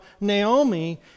Naomi